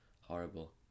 Horrible